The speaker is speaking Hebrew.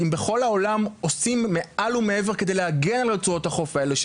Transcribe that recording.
אם בכל העולם עושים מעל ומעבר כדי להגן על רצועות החוף האלה,